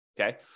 Okay